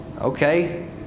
Okay